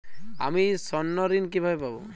আমি স্বর্ণঋণ কিভাবে পাবো?